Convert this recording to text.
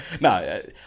No